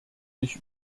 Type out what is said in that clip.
ich